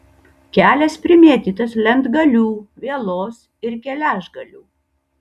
kelias primėtytas lentgalių vielos ir geležgalių